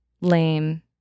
lame